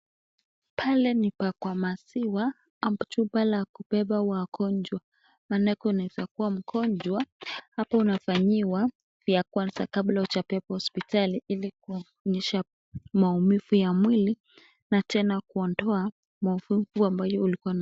Pale ni pa kwa maziwa ama jumba la kupepa wagonjwa maana kunaeza kuwa mgonjwa. Hapa unafanyiwa vya kwanza kabla hujabebwa hospitali ili kuonyesha maumivu ya mwili na tena kuondoa maumivu ambayo ulikuwa nayo.